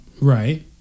right